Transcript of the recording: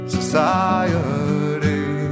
Society